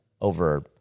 over